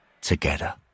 together